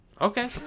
okay